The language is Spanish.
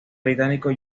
británico